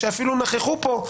שאפילו נכחו פה,